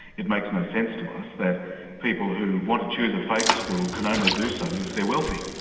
it makes no sense to us that people who want to choose a faith school can only do so if they're wealthy.